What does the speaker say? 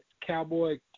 cowboy